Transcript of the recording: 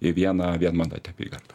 į vieną vienmandatę apygardą